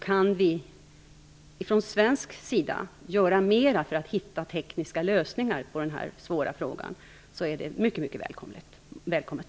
Kan vi från svensk sida göra mera för att hitta tekniska lösningar på denna svåra fråga är det mycket mycket välkommet.